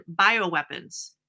bioweapons